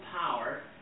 power